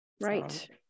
Right